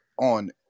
on